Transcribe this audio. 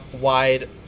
wide